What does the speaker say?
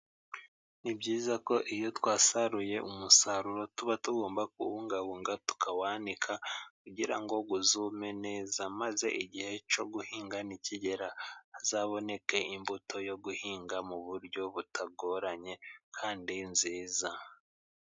Ni byiza ko iyo twasaruye umusaruro，tuba tugomba kuwubungabunga tukawanika，kugira ngo uzume neza，maze igihe cyo guhinga ni kigera， hazaboneke imbuto yo guhinga，mu buryo butagoranye kandi nziza.